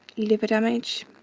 liver damage.